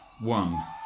one